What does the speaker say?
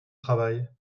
travail